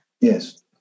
Yes